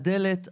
הדלת,